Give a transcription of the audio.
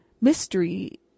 Mystery